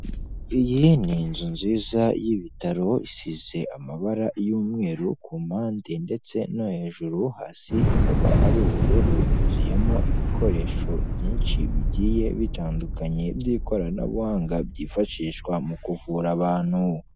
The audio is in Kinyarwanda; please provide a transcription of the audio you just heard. Iyi ni inzu nziza y'ibitaro, isize amabara y'umweru ku mpande ndetse no hejuru, hasi ikaba ari ubururu, huzuyemo ibikoresho byinshi bigiye bitandukanye by'ikoranabuhanga, byifashishwa mu kuvura abantu.